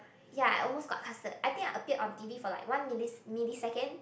ya I almost got casted I think I appeared on t_v for like one mili milisecond